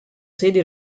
sedi